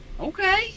Okay